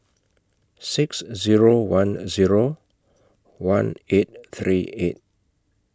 six Zero one Zero one eight three eight